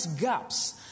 gaps